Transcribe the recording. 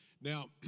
Now